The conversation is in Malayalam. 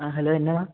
ആ ഹലോ എന്നാ